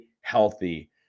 healthy